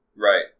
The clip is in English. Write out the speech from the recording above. right